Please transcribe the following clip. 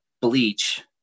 bleach